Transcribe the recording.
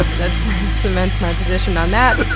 that's cements my position on that!